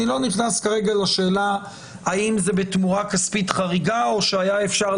אני לא נכנס כרגע לשאלה האם זה בתמורה כספית חריגה או שאפשר היה